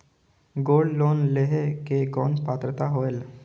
Gold loan लेहे के कौन पात्रता होएल?